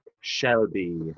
Shelby